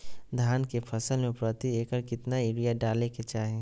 धान के फसल में प्रति एकड़ कितना यूरिया डाले के चाहि?